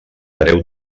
breu